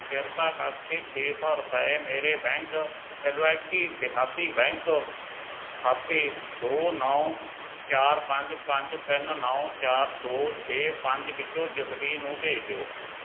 ਕਿਰਪਾ ਕਰਕੇ ਛੇ ਸੌ ਰੁਪਏ ਮੇਰੇ ਬੈਂਕ ਏਲੋਆਈਕੀ ਦੇਹਾਤੀ ਬੈਂਕ ਖਾਤੇ ਦੋ ਨੌਂ ਚਾਰ ਪੰਜ ਪੰਜ ਤਿੰਨ ਨੌਂ ਚਾਰ ਦੋ ਛੇ ਪੰਜ ਵਿੱਚੋਂ ਜਸਬੀਰ ਨੂੰ ਭੇਜ ਦਿਓ